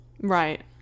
right